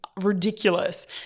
ridiculous